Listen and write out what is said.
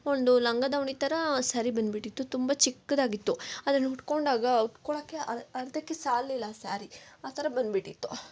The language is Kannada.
ಒಂದು ಲಂಗ ದಾವಣಿ ಥರ ಸ್ಯಾರಿ ಬಂದ್ಬಿಟ್ಟಿತ್ತು ತುಂಬ ಚಿಕ್ಕದಾಗಿತ್ತು ಅದನ್ನನು ಉಟ್ಕೊಂಡಾಗ ಉಟ್ಕೊಳೋಕ್ಕೆ ಅರ್ಧಕ್ಕೆ ಸಾಲ್ಲಿಲ್ಲ ಆ ಸ್ಯಾರಿ ಆ ಥರ ಬಂದ್ಬಿಟ್ಟಿತ್ತು